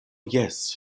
jes